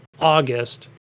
August